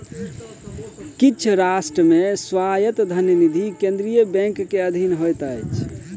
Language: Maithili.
किछ राष्ट्र मे स्वायत्त धन निधि केंद्रीय बैंक के अधीन होइत अछि